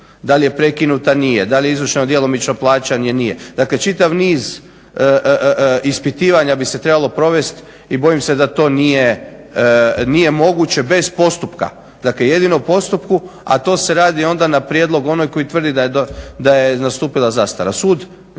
Da li je prekinuta, nije, da li je izvršeno djelomično plaćanje, nije, dakle čitav niz ispitivanja bi se trebalo provesti i bojim se da to nije moguće bez postupka, dakle jedino u postupku a to se radi onda na prijedlog onog koji tvrdi da je nastupila zastara.